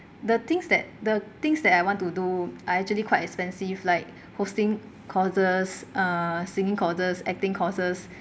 the things that the things that I want to do are actually quite expensive like hosting courses uh singing courses acting courses